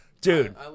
Dude